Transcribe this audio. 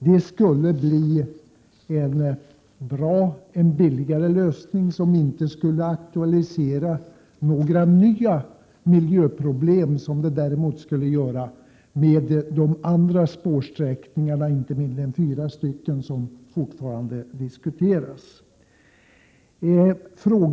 Detta skulle bli en bra och billigare lösning som inte skulle aktualisera några nya miljöproblem, vilket däremot skulle bli fallet när det gäller de andra spårsträckningar — inte mindre än fyra stycken — som fortfarande diskuteras.